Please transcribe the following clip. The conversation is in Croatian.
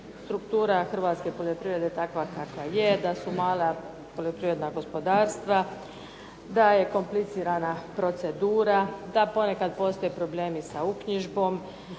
struktura hrvatske poljoprivrede takva kakva je, da su mala poljoprivredna gospodarstva, da je komplicirana procedura, da ponekad postoje problemi sa uknjižbom